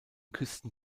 küsten